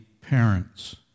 parents